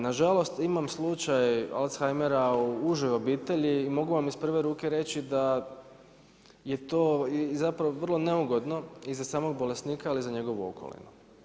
Nažalost, imam slučaj Alzheimera u užoj obitelji i mogu vam iz prve ruke reći da je to zapravo vrlo neugodno i za samog bolesnika ali i za njegovu okolinu.